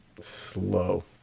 Slow